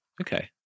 Okay